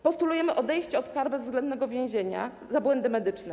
Postulujemy odejście od kar bezwzględnego więzienia za błędy medyczne.